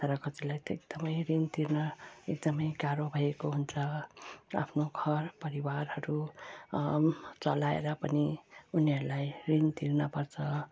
तर कतिलाई त एकदमै ऋण तिर्न एकदमै गाह्रो भएको हुन्छ र आफ्नो घर परिवारहरू चलाएर पनि उनीहरूलाई ऋण तिर्न पर्छ